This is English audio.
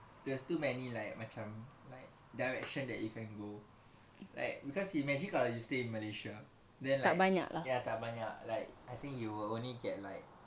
there's too many like macam like direction that you can go like because you imagine kalau you stay in malaysia then like ya tak banyak ya like I think you will only get like